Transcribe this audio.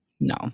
no